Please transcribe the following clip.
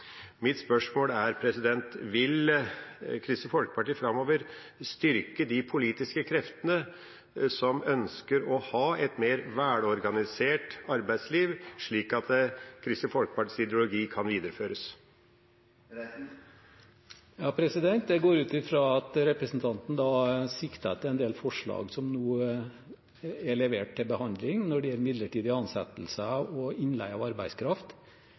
Mitt spørsmål er: Vil Kristelig Folkeparti framover styrke de politiske kreftene som ønsker å ha et mer velorganisert arbeidsliv, slik at Kristelig Folkepartis ideologi kan videreføres? Jeg går ut fra at representanten sikter til en del forslag som nå er levert til behandling når det gjelder midlertidige ansettelser og innleie av arbeidskraft.